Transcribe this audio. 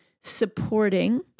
supporting